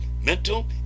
mental